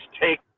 take